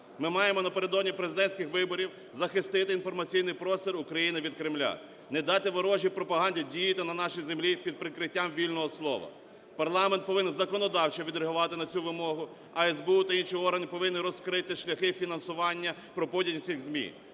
Ми маємо напередодні президентських виборів захистити інформаційний простір України від Кремля, не дати ворожій пропаганді діяти на нашій землі під прикриттям вільного слова. Парламент повинен законодавчо відреагувати на цю вимогу, а СБУ та інші органи повинні розкрити шляхи фінансування пропутінських цих ЗМІ,